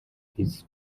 its